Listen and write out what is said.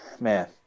man